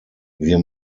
wir